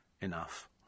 enough